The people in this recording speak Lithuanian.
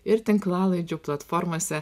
ir tinklalaidžių platformose